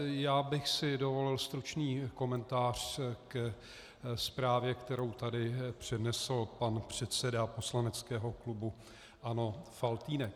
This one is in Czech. Já bych si dovolil stručný komentář ke zprávě, kterou tady přednesl pan předseda poslaneckého klubu ANO Faltýnek.